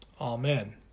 Amen